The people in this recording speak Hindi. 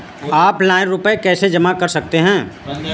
ऑफलाइन रुपये कैसे जमा कर सकते हैं?